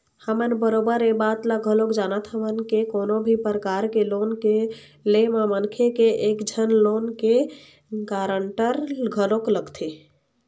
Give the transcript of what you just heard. हमन बरोबर ऐ बात ल घलोक जानत हवन के कोनो भी परकार के लोन के ले म मनखे के एक झन लोन के गारंटर घलोक लगथे